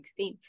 2016